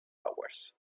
hours